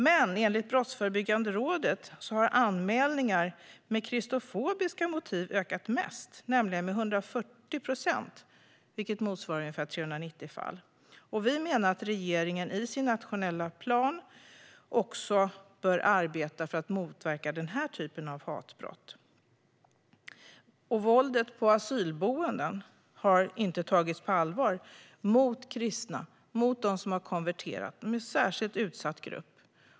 Men enligt Brottsförebyggande rådet har anmälningarna med kristofobiska motiv ökat mest, nämligen med 140 procent, vilket motsvarar ungefär 390 fall. Vi menar att regeringen i sin nationella plan också bör arbeta för att motverka denna typ av hatbrott. Våldet på asylboenden mot kristna och mot dem som har konverterat har inte tagits på allvar. De är en särskilt utsatt grupp.